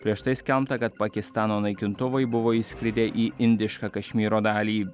prieš tai skelbta kad pakistano naikintuvai buvo įskridę į indišką kašmyro dalį